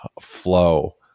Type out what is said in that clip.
flow